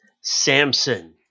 Samson